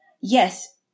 Yes